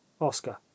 Oscar